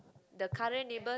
the current neighbours